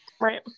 right